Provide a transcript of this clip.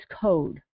code